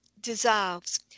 dissolves